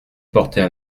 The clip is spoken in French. portait